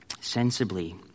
sensibly